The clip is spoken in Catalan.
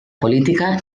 política